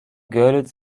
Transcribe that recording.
görlitz